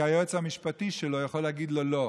כי היועץ המשפטי שלו יכול להגיד לו לא.